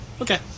Okay